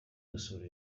gusura